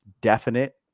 definite